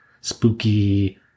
spooky